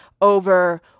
over